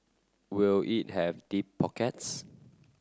will it have deep pockets